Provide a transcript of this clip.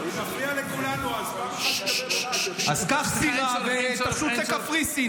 הוא מפריע לכולנו --- אז קח סירה ותשוט לקפריסין,